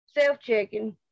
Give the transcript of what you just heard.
self-checking